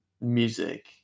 music